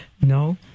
No